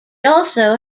also